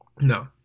No